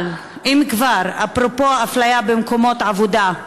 אבל אם כבר, אפרופו אפליה במקומות עבודה,